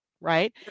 right